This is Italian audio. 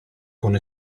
con